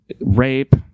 rape